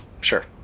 sure